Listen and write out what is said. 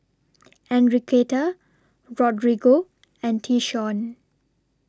Enriqueta Rodrigo and Tyshawn